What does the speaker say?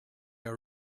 are